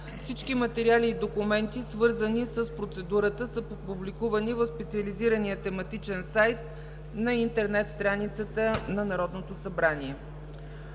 Всички материали и документи, свързани с процедурата, са публикувани в специализирания тематичен сайт на интернет страницата на Народното събрание.